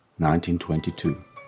1922